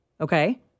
okay